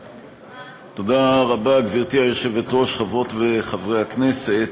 היושבת-ראש, תודה רבה, חברות וחברי הכנסת,